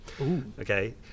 Okay